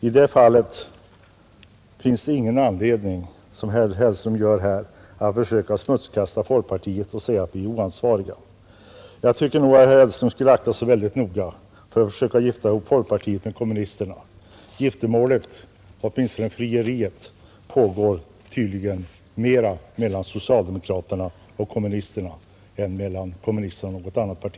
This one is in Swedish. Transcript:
I detta fall finns det ingen anledning, som herr Hellström gör här, att försöka smutskasta folkpartiet och att säga att vi är oansvariga. Jag tycker att herr Hellström skulle akta sig mycket noga för att gifta ihop folkpartiet med kommunisterna, Ett giftermål ligger närmare till hands mellan socialdemokraterna och kommunisterna — åtminstone pågår tydligen ett frieri dem emellan — än mellan kommunisterna och något annat parti.